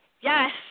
yes